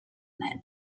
that